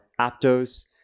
Aptos